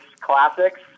Classics